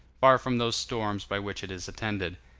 far from those storms by which it is attended.